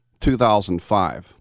2005